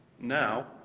Now